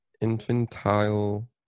infantile